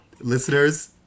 listeners